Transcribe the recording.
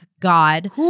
God